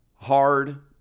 hard